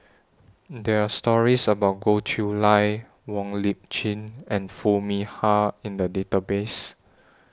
There Are stories about Goh Chiew Lye Wong Lip Chin and Foo Mee Har in The Database